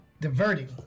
Diverting